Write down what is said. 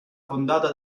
fondata